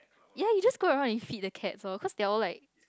ya you just go around and feed the cats loh cause they're all like